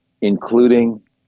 including